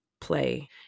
play